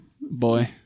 boy